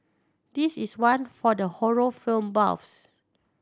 this is one for the horror film buffs